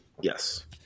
yes